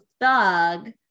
thug